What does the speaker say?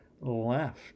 left